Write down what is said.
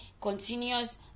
continuous